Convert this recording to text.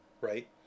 right